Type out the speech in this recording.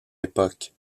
époque